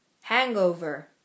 Hangover